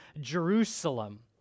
Jerusalem